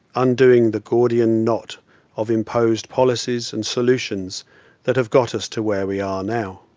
undoing the gordian knot of imposed policies and solutions that have got us to where we are now.